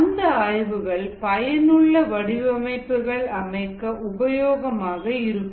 அந்த ஆய்வுகள் பயனுள்ள வடிவமைப்புகள் அமைக்க உபயோகமாக இருக்கும்